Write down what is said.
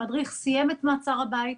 המדריך סיים את מעצר הבית.